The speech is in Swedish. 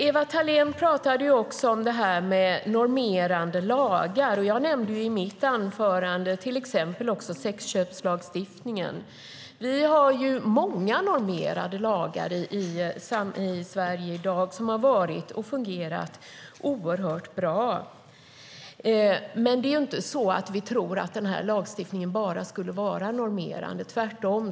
Ewa Thalén Finné pratade också om normerande lagar. Jag nämnde i mitt anförande till exempel sexköpslagstiftningen. Vi har många normerande lagar i Sverige i dag som har fungerat oerhört bra. Men vi tror inte att den här lagstiftningen bara skulle vara normerande - tvärtom.